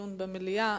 לדיון במליאה.